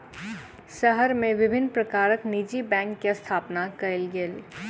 शहर मे विभिन्न प्रकारक निजी बैंक के स्थापना कयल गेल